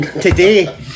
Today